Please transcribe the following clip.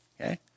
okay